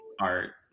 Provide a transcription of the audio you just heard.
art